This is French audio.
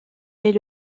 est